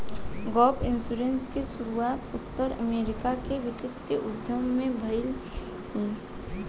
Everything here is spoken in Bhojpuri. गैप इंश्योरेंस के शुरुआत उत्तर अमेरिका के वित्तीय उद्योग में भईल